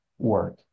Work